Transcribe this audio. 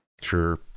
sure